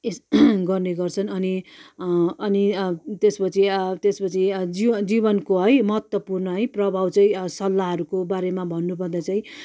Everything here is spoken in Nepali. गर्ने गर्छन् अनि अनि त्यस पछि त्यस पछि जी जीवनको है महत्त्वपूर्ण है प्रभाव चाहिँ सल्लाहहरूको बारेमा भन्नु पर्दा चाहिँ